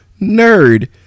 nerd